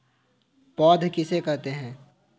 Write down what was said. पौध किसे कहते हैं?